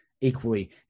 Equally